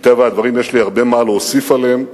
מטבע הדברים יש לי הרבה מה להוסיף עליהם,